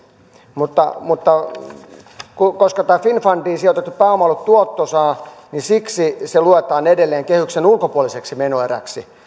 mutta mutta koska tämä finnfundiin sijoitettu pääoma on ollut tuottoisaa niin siksi se luetaan edelleen kehyksen ulkopuoliseksi menoeräksi